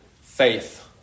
faith